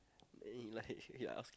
then he like ya